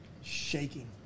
Shaking